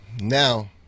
now